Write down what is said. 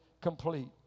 complete